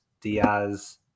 Diaz